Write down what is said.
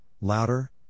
louder